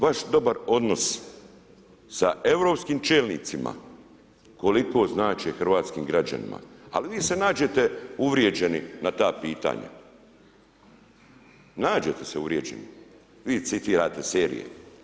Vaš dobar odnos sa europskim čelnicima, koliko znače hrvatskim građanima, ali vi se nađete uvrijeđeni na ta pitanja, nađete se uvrijeđeni, vi citirate serije.